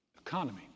Economy